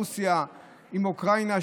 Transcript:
רוסיה עם אוקראינה,